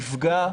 הטבות.